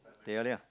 teh alia